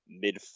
mid